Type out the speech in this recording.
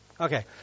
Okay